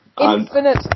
infinite